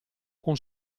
con